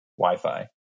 wi-fi